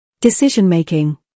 Decision-making